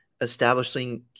establishing